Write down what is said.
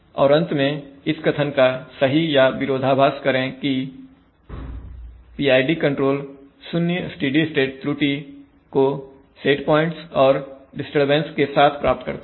और अंत में इस कथन का सही या विरोधाभास करें कि PID कंट्रोल शून्य स्टेडी स्टेट त्रुटि को सेट पॉइंट्स और डिस्टरबेंस के साथ प्राप्त करता है